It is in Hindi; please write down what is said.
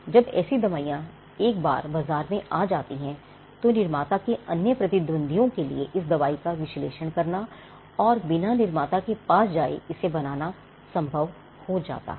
जब ऐसी दवाइयां एक बार बाजार में आ जाती हैं तो निर्माता के अन्य प्रतिद्वंद्वियों के लिए इस दवाई का विश्लेषण करना और बिना निर्माता के पास जाए इसे बनाना संभव हो जाता है